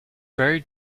very